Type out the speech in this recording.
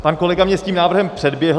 Pan kolega mě s tím návrhem předběhl.